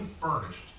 furnished